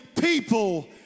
people